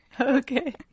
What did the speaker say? Okay